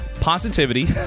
positivity